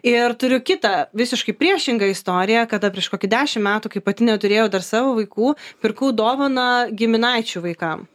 ir turiu kitą visiškai priešingą istoriją kada prieš kokį dešimt metų kai pati neturėjau dar savo vaikų pirkau dovaną giminaičių vaikam